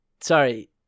sorry